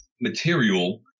material